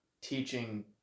teaching